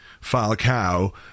Falcao